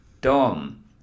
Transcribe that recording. Dom